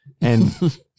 And-